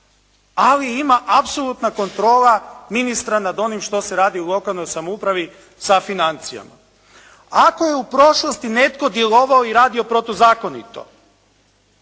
ali ima apsolutna kontrola ministra nad onim što se radi u lokalnoj samoupravi sa financijama. Ako je u prošlosti netko djelovao i radio protuzakonito,